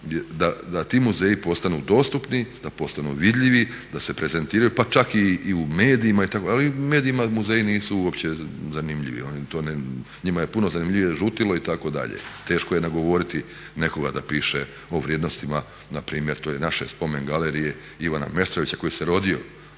da ti muzeji postanu dostupni, da postanu vidljivi, da se prezentiraju pa čak i u medijima itd. ali mediji muzeji nisu uopće zanimljivi oni to, njima je puno zanimljivije žutilo itd. teško je nagovoriti nekoga da piše o vrijednostima te naše Spomen galerije Ivana Meštrovića koji se rodio